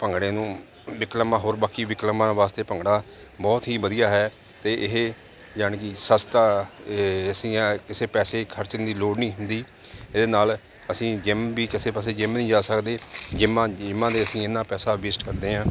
ਭੰਗੜੇ ਨੂੰ ਵਿਕਲਪਾਂ ਹੋਰ ਬਾਕੀ ਵਿਕਲਪਾਂ ਵਾਸਤੇ ਭੰਗੜਾ ਬਹੁਤ ਹੀ ਵਧੀਆ ਹੈ ਅਤੇ ਇਹ ਯਾਨੀ ਕਿ ਸਸਤਾ ਅਸੀਂ ਕਿਸੇ ਪੈਸੇ ਖਰਚਣ ਦੀ ਲੋੜ ਨਹੀਂ ਹੁੰਦੀ ਇਹਦੇ ਨਾਲ ਅਸੀਂ ਜਿਮ ਵੀ ਕਿਸੇ ਪਾਸੇ ਜਿੰਮ ਨਹੀਂ ਜਾ ਸਕਦੇ ਜਿੰਮਾਂ ਜਿੰਮਾਂ ਦੇ ਅਸੀਂ ਇਹਨਾਂ ਪੈਸਾ ਵੇਸਟ ਕਰਦੇ ਹਾਂ